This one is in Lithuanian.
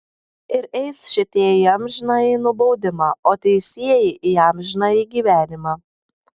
ir eis šitie į amžinąjį nubaudimą o teisieji į amžinąjį gyvenimą